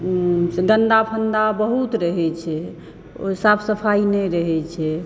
गन्दा फन्दा बहुत रहै छै ओ साफ सफाई नहि रहै छै